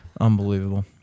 Unbelievable